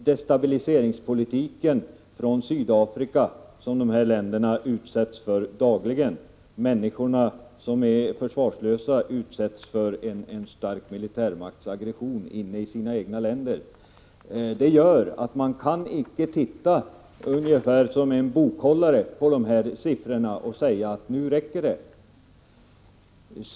De försvarslösa människorna i dessa länder utsätts dagligen för den starka militärmakten Sydafrikas aggression och dess destabiliseringspolitik. Av denna anledning kan man inte titta på dessa siffror ungefär som en bokhållare gör och säga att det räcker nu.